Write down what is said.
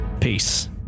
Peace